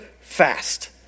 fast